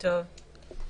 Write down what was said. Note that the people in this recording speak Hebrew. הלוואי.